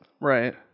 Right